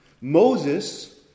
Moses